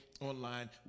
online